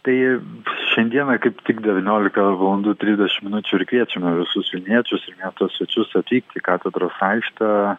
tai šiandieną kaip tik devyniolika valandų trisdešimt minučių ir kviečiame visus vilniečius miesto svečius atvykti į katedros aikštę